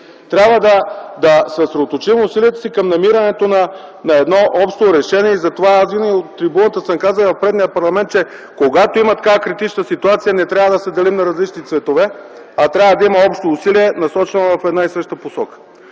Трябва да съсредоточим усилията си към намирането на едно общо решение и затова аз винаги съм казвал от трибуната в предишния парламент, че когато има такава критична ситуация, не трябва да се делим на различни цветове, а трябва да има общо усилие, насочено в една и съща посока.